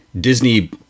Disney